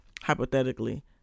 Hypothetically